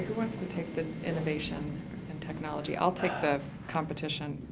wants to take the innovation and technology? i'll take the competiton.